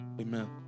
Amen